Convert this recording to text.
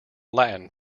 latin